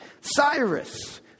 Cyrus